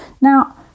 Now